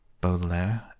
Baudelaire